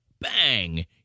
bang